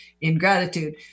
ingratitude